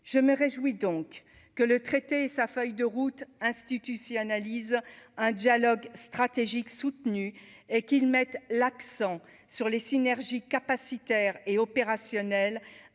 je me réjouis donc. Que le traité sa feuille de route institut si un dialogue stratégique soutenu et qu'ils mettent l'accent sur les synergies capacitaires et opérationnel